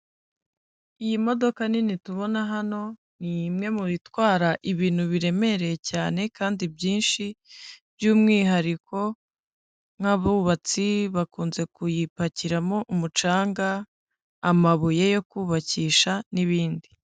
Iyi modoka nini tubona hano ni imwe mu bitwara ibintu biremereye cyane kandi byinshi byumwihariko nk'abubatsi bakunze kuyipakiramo umucanga amabuye yo kubakisha ni'ibindi.